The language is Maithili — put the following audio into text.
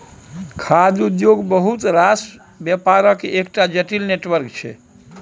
खाद्य उद्योग बहुत रास बेपारक एकटा जटिल नेटवर्क छै